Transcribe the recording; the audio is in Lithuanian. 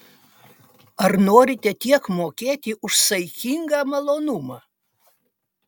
ar norite tiek mokėti už saikingą malonumą